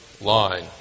line